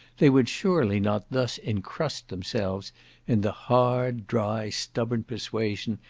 they would surely not thus encrust themselves in the hard, dry, stubborn persuasion,